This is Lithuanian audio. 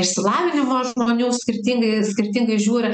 išsilavinimo žmonių skirtingai skirtingai žiūri